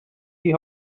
die